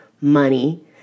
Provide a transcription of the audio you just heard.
money